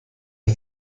ich